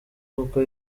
kuko